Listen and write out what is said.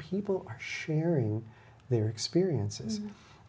people are sharing their experiences